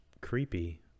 creepy